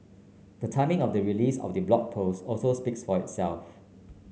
the timing of the release of the Blog Post also speaks for itself